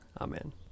Amen